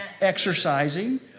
exercising